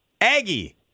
Aggie